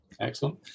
Excellent